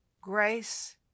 grace